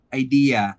idea